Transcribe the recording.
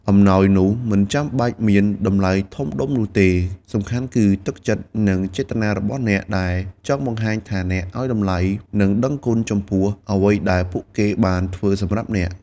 អំណោយនោះមិនចាំបាច់មានតម្លៃធំដុំនោះទេ សំខាន់គឺទឹកចិត្ត និងចេតនារបស់អ្នកដែលចង់បង្ហាញថាអ្នកឲ្យតម្លៃ និងដឹងគុណចំពោះអ្វីដែលពួកគេបានធ្វើសម្រាប់អ្នក។